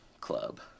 club